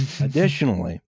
Additionally